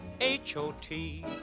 h-o-t